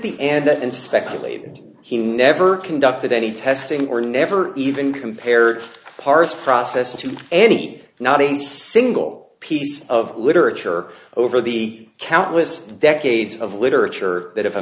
the and speculated he never conducted any testing or never even compared parts process to any not a single piece of literature over the countless decades of literature that